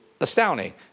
astounding